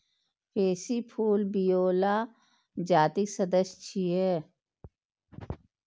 pansy फूल viola जातिक सदस्य छियै